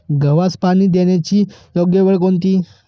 गव्हास पाणी देण्याची योग्य वेळ कोणती?